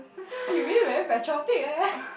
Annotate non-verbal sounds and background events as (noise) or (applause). (laughs) you really very patriotic eh